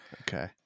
Okay